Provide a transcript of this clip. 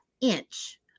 inch